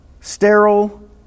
sterile